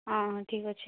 ହଁ ହଁ ଠିକ୍ ଅଛି